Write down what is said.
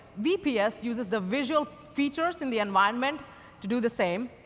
vps uses the visual features in the environment to do the same,